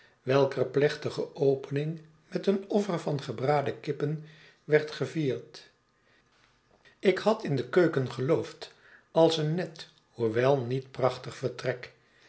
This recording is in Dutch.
welker plechtige opening met een offer v i gebraden kippen werd gevierd ik had in de keuken geloofd als een net hoewel niet prachtig vertrek